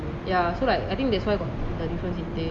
ya so like that's why I think got the difference in taste